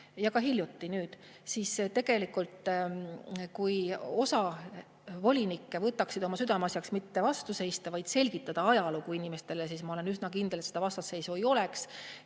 ka üsna hiljuti, siis tegelikult, kui osa volinikke võtaks oma südameasjaks mitte vastu seista, vaid selgitada inimestele ajalugu, siis ma olen üsna kindel, et seda vastasseisu ei oleks.